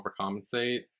overcompensate